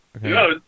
No